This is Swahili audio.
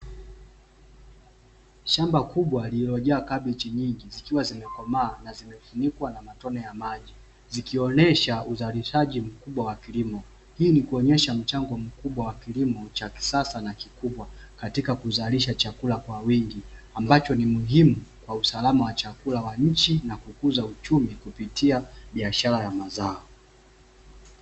Shamba kubwa lililojaa kabechi nyingi zikiwa zimekomaa na zimefunikwa na matone ya maji zikionesha utaarishaji mkubwa wa kilimo kuonesha mchango mkubwa wa kilimo cha kisasa na kikubwa katika kuzalisha chakula kwa wingi ambacho ni muhimu kwa usalama wa chakula na nchi na kukuza uchumi kupitia biashara ya mazao.